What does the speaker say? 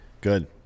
Good